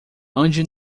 ande